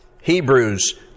Hebrews